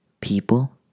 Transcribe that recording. people